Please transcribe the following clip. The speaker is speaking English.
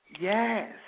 Yes